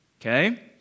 Okay